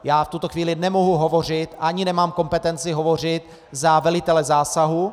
V tuto chvíli nemohu hovořit a ani nemám kompetenci hovořit za velitele zásahu.